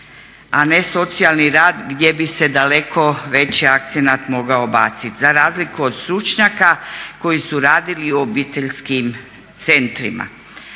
a ne socijalni rad gdje bi se daleko veći akcenat mogao bacit. Za razliku od stručnjaka koji su radili u obiteljskim centrima.